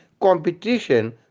competition